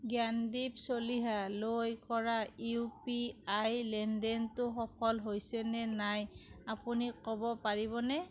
জ্ঞানদীপ চলিহা লৈ কৰা U P I লেনদেনটো সফল হৈছে নে নাই আপুনি ক'ব পাৰিবনে